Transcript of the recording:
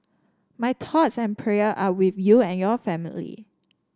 my thoughts and prayer are with you and your family